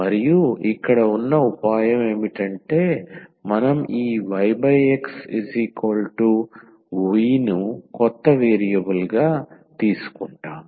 మరియు ఇక్కడ ఉన్న ఉపాయం ఏమిటంటే మనం ఈ yxv ను కొత్త వేరియబుల్గా తీసుకుంటాము